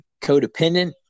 codependent